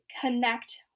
connect